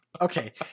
Okay